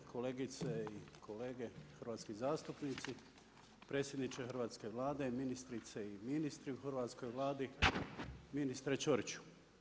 Kolegice i kolege, hrvatski zastupnici, predsjedniče hrvatske Vlade, ministrice i ministri u hrvatskoj Vladi, ministre Ćoriću.